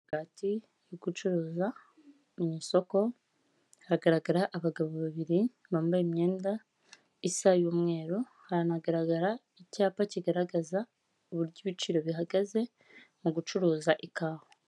Hagati yo gucuruza mu isoko, hagaragara abagabo babiri bambaye imyenda isa y'umweru, haranagaragara icyapa kigaragaza uburyo ibiciro bihagaze, mu gucuruza ikawa.